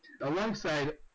alongside